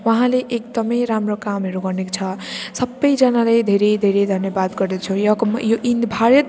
उहाँले एकदमै राम्रो कामहरू गर्नेको छ सबैजनाले धेरै धेरै धेरै धन्यवाद गर्दछौँ यसको म यो इन्ड भारत